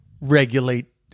regulate